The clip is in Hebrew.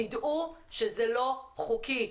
תדעו שזה לא חוקי.